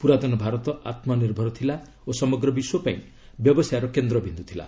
ପୁରାତନ ଭାରତ ଆତ୍କନିର୍ଭର ଥିଲା ଓ ସମଗ୍ର ବିଶ୍ୱପାଇଁ ବ୍ୟବସାୟର କେନ୍ଦ୍ରବିଦ୍ୟୁ ଥିଲା